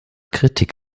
kritik